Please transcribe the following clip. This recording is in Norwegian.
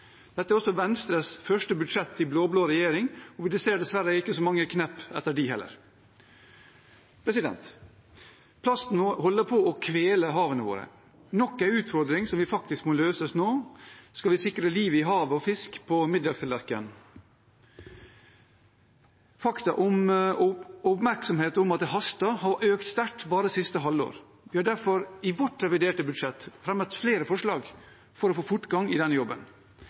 Dette er også Venstres første budsjett i blå-blå regjering, og vi ser dessverre ikke så mange knepp etter dem heller. Plast holder på å kvele havene våre – nok en utfordring som faktisk må løses nå, skal vi sikre livet i havet og fisk på middagstallerkenen. Fakta og oppmerksomhet om at det haster, har økt sterkt bare siste halvår. Vi har derfor i vårt reviderte budsjett fremmet flere forslag for å få fortgang i denne jobben.